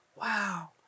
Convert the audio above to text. Wow